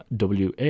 WA